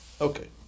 Okay